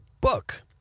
book